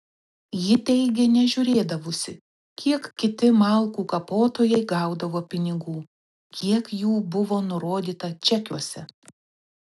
ji teigė nežiūrėdavusi kiek kiti malkų kapotojai gaudavo pinigų kiek jų buvo nurodyta čekiuose